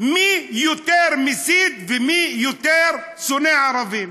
מי יותר מסית ומי יותר שונא ערבים.